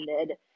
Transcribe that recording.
ended